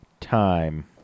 time